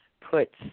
puts